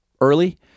early